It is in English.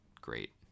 great